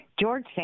George